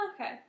Okay